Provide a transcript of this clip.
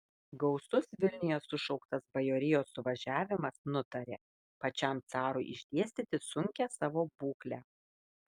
gausus vilniuje sušauktas bajorijos suvažiavimas nutarė pačiam carui išdėstyti sunkią savo būklę